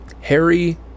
Harry